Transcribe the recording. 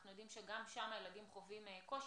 אנחנו יודעים שגם שם הילדים חווים קושי.